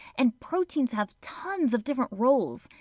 and proteins have tons of different roles.